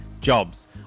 Jobs